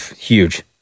Huge